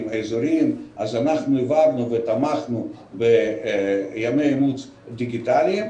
האזוריים אז העברנו ותמכנו בימי אימוץ דיגיטליים,